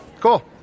Cool